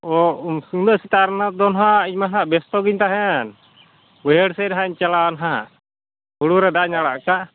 ᱚ ᱩᱱᱟᱹᱜ ᱥᱮᱛᱟᱜ ᱨᱮᱱᱟᱜ ᱫᱚ ᱱᱟᱦᱟᱸᱜ ᱤᱧᱢᱟ ᱦᱟᱸᱜ ᱵᱮᱥᱛᱚ ᱜᱤᱧ ᱛᱟᱦᱮᱱ ᱵᱟᱹᱭᱦᱟᱹᱲ ᱥᱮᱫ ᱨᱮᱦᱟᱸᱜ ᱤᱧ ᱪᱟᱞᱟᱜᱼᱟ ᱱᱟᱦᱟᱸᱜ ᱦᱩᱲᱩ ᱨᱮ ᱫᱟᱜ ᱤᱧ ᱟᱲᱟᱜ ᱟᱠᱟᱫ